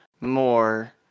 more